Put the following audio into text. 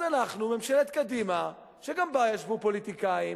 אז אנחנו, ממשלת קדימה, שגם בה ישבו פוליטיקאים,